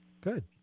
Good